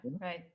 right